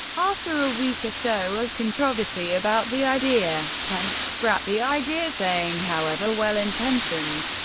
after a week or so of controversy about the idea, pence scrapped the idea saying, however well-intentioned,